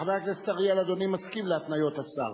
חבר הכנסת אריאל, אדוני מסכים להתניות השר?